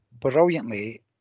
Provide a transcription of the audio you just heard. brilliantly